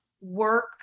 work